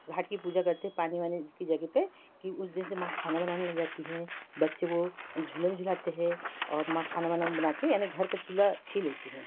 घाट की पूजा करते हैं पानी वानी की जगह पे कि उस दिन से माँ खाना बनाने लग जाती है बच्चे को झूले में झुलाते हैं और माँ खाना वाना बनाके यानी घर का चूल्हा छी लेती हैं